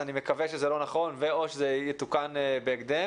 אני מקווה שזה לא נכון או שזה יתוקן בהקדם.